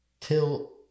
till